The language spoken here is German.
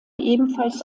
ebenfalls